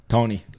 Tony